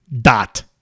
dot